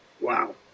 Wow